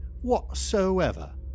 whatsoever